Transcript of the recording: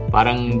Parang